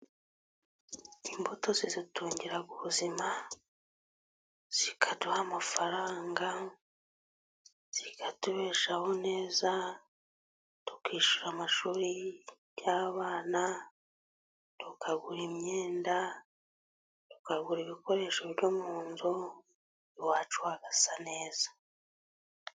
Imbuto zidutungira ubuzima, zikaduha amafaranga, zikatubeshaho neza, tukishyura amashuri y'abana, tukagura imyenda, tukagura ibikoresho byo mu nzu, iwacu hagasa neza.